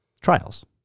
Trials